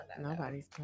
Nobody's